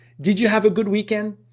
did you have a good weekend?